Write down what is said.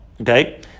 Okay